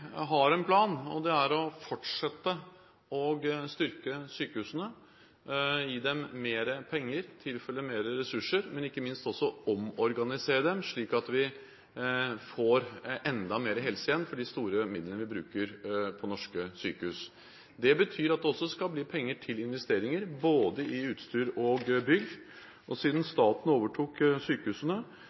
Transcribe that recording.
har en plan. Det er å fortsette å styrke sykehusene, gi dem mer penger og tilføre dem mer ressurser, men ikke minst også omorganisere dem slik at vi får enda mer helse igjen for de store midlene vi bruker på norske sykehus. Det betyr at det også skal bli penger til investeringer i både utstyr og bygg. Siden staten overtok sykehusene,